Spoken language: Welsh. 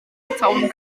tom